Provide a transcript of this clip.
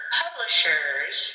publishers